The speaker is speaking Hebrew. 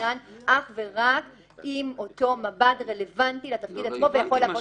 מסונן אך ורק עם אותו מב"ד רלוונטי לתפקיד עצמו ויכול להוות סיכון.